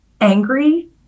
angry